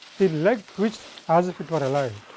the leg twitched as if it were alive.